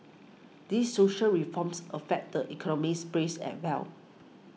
these social reforms affect the economies braise as well